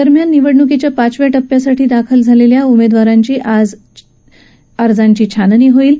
दरम्यान निवडणुकीच्या पाचव्या टप्प्यासाठी दाखल झालेल्या उमेदवारी अर्जाची छाननी आज होणार आहे